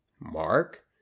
Mark